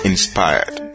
Inspired